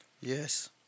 Yes